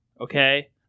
okay